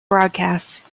broadcasts